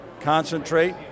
concentrate